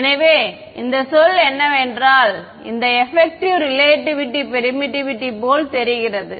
எனவே இந்த சொல் என்னவென்றால் இது எபக்ட்டிவ் ரிலேட்டிவ் பெர்மிட்டிவிட்டி போல் தெரிகிறது